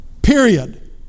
Period